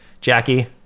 Jackie